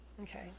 Okay